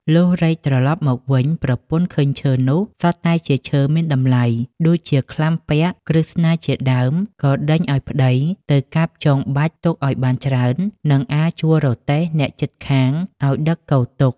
លុះរែកត្រឡប់មកវិញ ប្រពន្ធឃើញឈើនោះសុទ្ធតែជាឈើមានតម្លៃ ដូចជាក្លាំពាក់ ក្រឹស្នាជាដើម ក៏ដេញឱ្យប្តីទៅកាប់ចងបាច់ទុកឱ្យបានច្រើន នឹងអាលជួលរទេះអ្នកជិតខាងឱ្យដឹកគរទុក។